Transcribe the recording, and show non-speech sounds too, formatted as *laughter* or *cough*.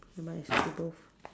never mind I *noise* scribble